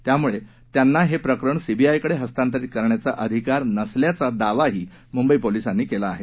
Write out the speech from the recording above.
त्यामुळं त्यांना हे प्रकरण सीबीआयकडे हस्तांतरित करण्याचा अधिकार नसल्याचाही दावा मुंबई पोलिसांनी केलाय